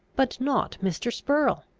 but not mr. spurrel.